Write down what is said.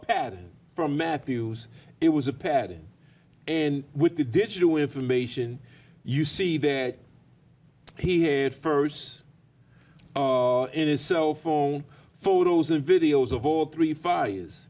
pattern from matthews it was a pattern and with the digital information you see that he had first in his cell phone photos and videos of all three fi